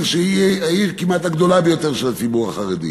שהיא העיר כמעט הגדולה ביותר של הציבור החרדי.